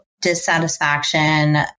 dissatisfaction